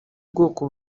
ubwoko